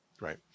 right